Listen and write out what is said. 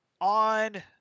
on